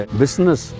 business